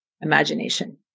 imagination